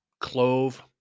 clove